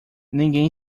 ninguém